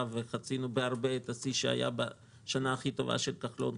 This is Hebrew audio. וחצינו בהרבה את השיא שהיה בשנה הכי טובה של כחלון,